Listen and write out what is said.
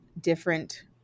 different